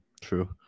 True